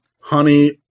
honey